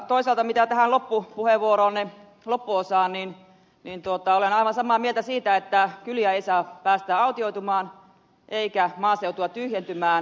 toisaalta mitä tulee tähän puheenvuoronne loppuosaan niin olen aivan samaa mieltä siitä että kyliä ei saa päästää autioitumaan eikä maaseutua tyhjentymään